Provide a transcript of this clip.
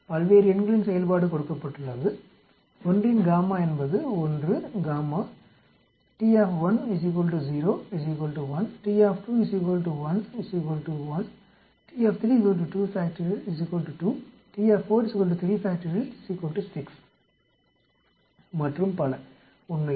பல்வேறு எண்களின் செயல்பாடு கொடுக்கப்பட்டுள்ளது 1இன் என்பது 1 மற்றும் பல உண்மையில்